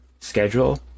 schedule